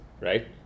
right